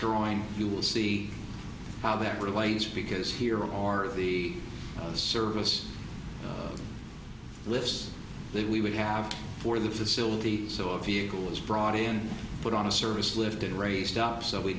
drawing you will see how that relates because here are the service lists that we would have for the facility so a vehicle is brought in put on a service lifted raised up so we